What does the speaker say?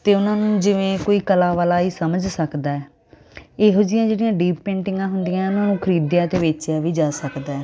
ਅਤੇ ਉਹਨਾਂ ਨੂੰ ਜਿਵੇਂ ਕੋਈ ਕਲਾ ਵਾਲਾ ਹੀ ਸਮਝ ਸਕਦਾ ਇਹੋ ਜਿਹੀਆਂ ਜਿਹੜੀਆਂ ਡੀਪ ਪੇਂਟਿੰਗਾਂ ਹੁੰਦੀਆਂ ਉਹਨਾਂ ਨੂੰ ਖਰੀਦਿਆ ਅਤੇ ਵੇਚਿਆ ਵੀ ਜਾ ਸਕਦਾ